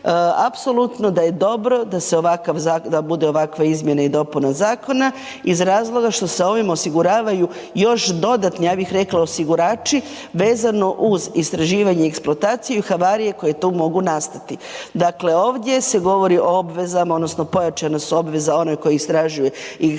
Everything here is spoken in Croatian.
da se ovakav, da bude ovakva izmjene i dopune zakona iz razloga što se ovim osiguravaju još dodatni, ja bih rekla osigurači vezano uz istraživanje i eksploataciju i havarije koje tu mogu nastati. Dakle, ovdje se govori o obvezama odnosno pojačana su obveza onom koji istražuje ili eksploatira